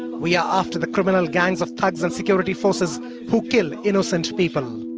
we are after the criminal gangs of thugs and security forces who kill innocent people.